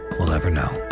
will ever know.